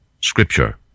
Scripture